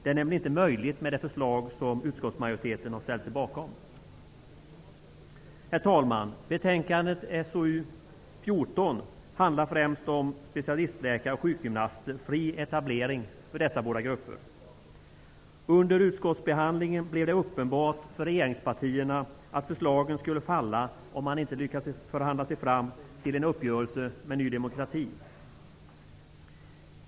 Det är nämligen inte möjligt med det förslag utskottsmajoriteten ställt sig bakom. Herr talman! Betänkandet SoU14 handlar främst om specialistläkare och sjukgymnaster och fri etablering för dessa båda grupper. Under utskottsbehandlingen blev det uppenbart för regeringspartierna att förslagen skulle falla om man inte lyckades förhandla sig fram till en uppgörelse med Ny demokrati.